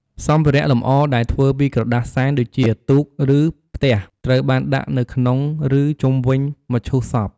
សម្ភារៈលំអរដែលធ្វើពីក្រដាសសែនដូចជា ទូក ឬ ផ្ទះ ត្រូវបានដាក់នៅក្នុង ឬ ជុំវិញមឈូសសព។